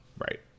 Right